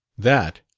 that,